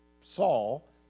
Saul